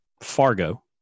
Fargo